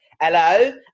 Hello